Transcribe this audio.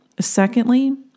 Secondly